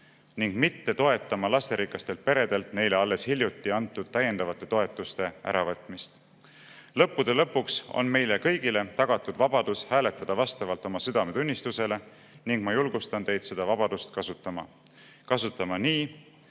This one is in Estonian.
ning mitte toetama lasterikastelt peredelt neile alles hiljuti antud täiendavate toetuste äravõtmist. Lõppude lõpuks on meile kõigile tagatud vabadus hääletada vastavalt oma südametunnistusele ning ma julgustan teid seda vabadust kasutama – kasutama nii,